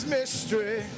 mystery